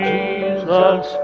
Jesus